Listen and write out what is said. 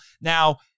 Now